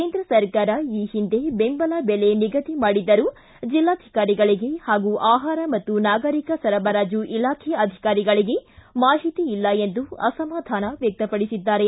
ಕೇಂದ್ರ ಸರ್ಕಾರ ಈ ಹಿಂದೆ ಬೆಂಬಲ ಬೆಲೆ ನಿಗದಿ ಮಾಡಿದ್ದರೂ ಜಿಲ್ಲಾಧಿಕಾರಿಗಳಿಗೆ ಹಾಗೂ ಆಹಾರ ಮತ್ತು ನಾಗರಿಕ ಸರಬರಾಜು ಇಲಾಖೆ ಅಧಿಕಾರಿಗಳಿಗೆ ಮಾಹಿತಿ ಇಲ್ಲ ಎಂದು ಅಸಮಾಧಾನವ್ಹಕ್ತಪಡಿಸಿದ್ದಾರೆ